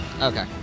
Okay